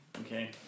Okay